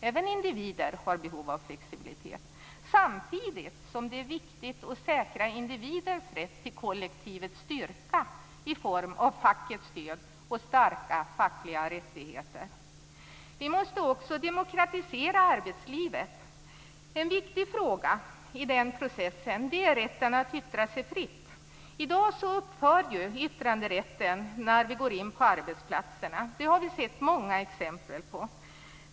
Även individer har behov av flexibilitet, samtidigt som det är viktigt att säkra individens rätt till kollektivets styrka i form av fackets stöd och starka fackliga rättigheter. Vi måste också demokratisera arbetslivet. En viktig fråga i den processen är rätten att yttra sig fritt. I dag upphör yttranderätten när man går in på arbetsplatserna. Det har vi sett många exempel på.